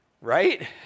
right